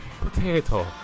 Potato